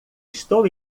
estou